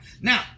Now